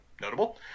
notable